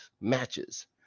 matches